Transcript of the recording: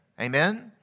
Amen